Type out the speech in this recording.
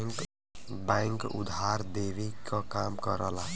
bank उधार देवे क काम करला